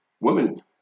women